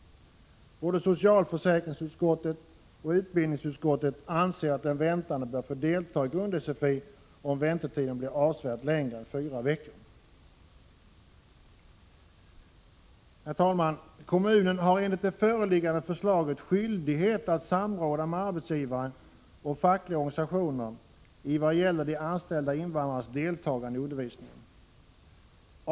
Både socialförsäkringsutskottet och utbildningsutskottet anser att den väntande bör få delta i grund-sfi om väntetiden blir avsevärt längre än fyra veckor. Herr talman! Kommunen har enligt det föreliggande förslaget skyldighet att samråda med arbetsgivare och fackliga organisationer i vad gäller de anställda invandrarnas deltagande i undervisningen.